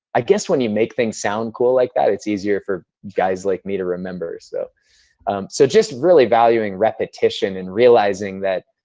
i guess when you make things sound cool like that, it's easier for guys like me to remember. so so just really valuing repetition repetition and realizing that.